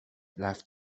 left